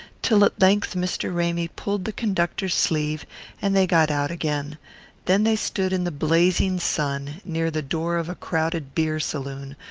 till at length mr. ramy pulled the conductor's sleeve and they got out again then they stood in the blazing sun, near the door of a crowded beer-saloon,